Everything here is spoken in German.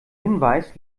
hinweis